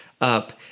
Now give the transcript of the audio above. up